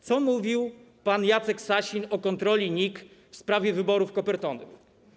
Co mówił pan Jacek Sasin o kontroli NIK w sprawie wyborów kopertowych?